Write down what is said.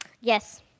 Yes